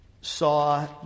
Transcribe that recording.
saw